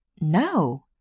No